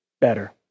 better